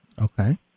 Okay